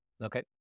okay